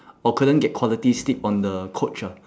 or couldn't get quality sleep on the coach ah